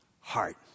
heart